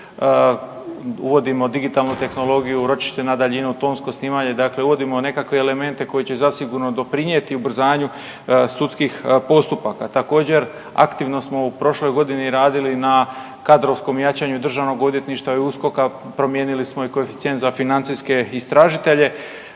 uvodimo digitalnu tehnologiju, ročište na daljinu, tonsko snimanje, dakle uvodimo nekakve elemente koji će zasigurno doprinijeti ubrzanju sudskih postupaka. Također, aktivno smo u prošloj godini radili na kadrovskom jačanju Državnog odvjetništva i USKOK-a, promijenili smo i koeficijent za financijske istražitelje,